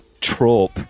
trope